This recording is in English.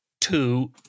two